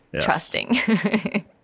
trusting